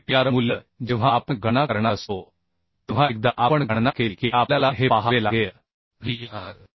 तर हे Pr मूल्य जेव्हा आपण गणना करणार असतो तेव्हा एकदा आपण गणना केली की आपल्याला हे पाहावे लागेल Pr